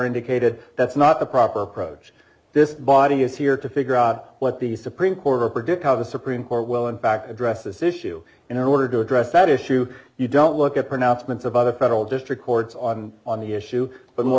indicated that's not the proper approach this body is here to figure out what the supreme court or predict how the supreme court will in fact address this issue and in order to address that issue you don't look at pronouncements about a federal district courts on on the issue but more